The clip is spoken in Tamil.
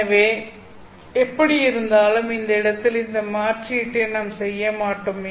எனவே எப்படியிருந்தாலும் இந்த இடத்தில் இந்த மாற்றீட்டை நாம் செய்ய மாட்டோம்